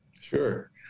Sure